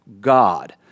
God